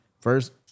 First